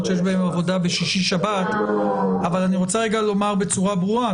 שיש בהם עבודה בשישי שבת אבל אני רוצה לומר בצורה ברורה,